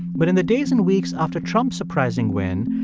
but in the days and weeks after trump's surprising win,